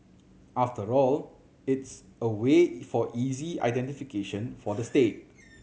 after all it's a way for easy identification for the state